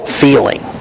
feeling